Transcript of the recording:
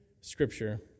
Scripture